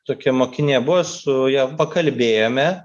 tokia mokinė buvo su ja pakalbėjome